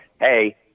hey